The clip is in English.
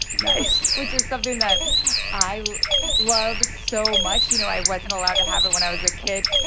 nice. which is something that i love so much. you know, i wasn't allowed to have it when i was a kid.